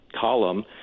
column